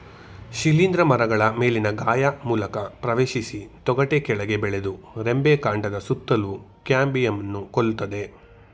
ಶಿಲೀಂಧ್ರ ಮರಗಳ ಮೇಲಿನ ಗಾಯ ಮೂಲಕ ಪ್ರವೇಶಿಸಿ ತೊಗಟೆ ಕೆಳಗೆ ಬೆಳೆದು ರೆಂಬೆ ಕಾಂಡದ ಸುತ್ತಲೂ ಕ್ಯಾಂಬಿಯಂನ್ನು ಕೊಲ್ತದೆ